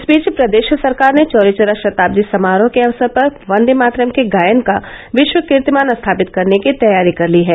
इस बीच प्रदेश सरकार ने चौरी चौरा शताब्दी समारोह के अवसर पर वंदेमातरम के गायन का विश्व कीर्तिमान स्थापित करने की तैयारी कर ली है